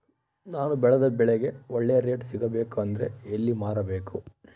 ನಾನು ಬೆಳೆದ ಬೆಳೆಗೆ ಒಳ್ಳೆ ರೇಟ್ ಸಿಗಬೇಕು ಅಂದ್ರೆ ಎಲ್ಲಿ ಮಾರಬೇಕು?